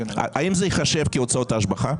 האם זה ייחשב הוצאות השבחה?